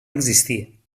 existir